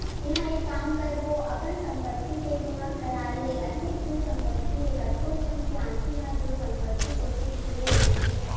तेंहा एक काम कर गो अपन संपत्ति के बीमा करा ले अतेक तोर संपत्ति हे कतको झन के आंखी ह तोर संपत्ति कोती झुले रहिथे